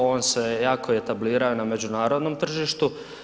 On se jako etablira na međunarodnom tržištu.